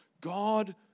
God